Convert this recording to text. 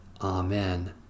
Amen